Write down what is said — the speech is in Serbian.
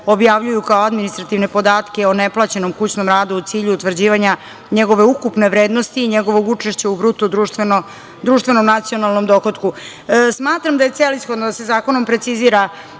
objavljuju kao administrativne podatke o neplaćenom kućnom radu u cilju utvrđivanja njegove ukupne vrednosti i njegovog učešća u bruto društvenom nacionalnom dohotku. Smatram da je celishodno da se zakonom precizira